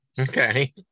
Okay